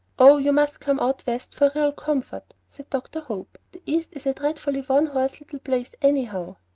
oh, you must come out west for real comfort, said dr. hope. the east is a dreadfully one-horse little place, anyhow.